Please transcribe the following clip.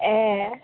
ए